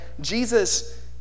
Jesus